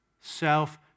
Self